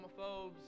homophobes